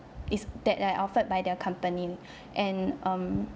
is that are offered by their company and um